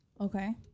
Okay